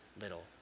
little